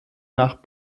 nach